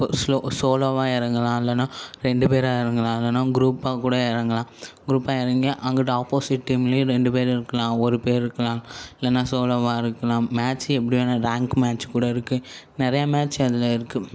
கோ slow ஸோலோவாக இறங்கலாம் இல்லைன்னா ரெண்டு பேராக இறங்கலாம் இல்லைனா குரூப்பாக கூட இறங்கலாம் குரூப்பாக இறங்கி அங்கிட்டு ஆப்போசிட் டீம்லேயும் ரெண்டு பேர் இருக்கலாம் ஒரு பேர் இருக்கலாம் இல்லைன்னா ஸோலோவாக இருக்கலாம் மேட்ச் எப்படி வேணா ரேங்க் மேட்ச் கூட இருக்கு நிறையா மேட்ச் அதில் இருக்கு